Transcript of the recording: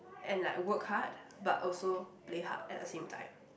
and like work hard but also play hard at the same time